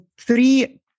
three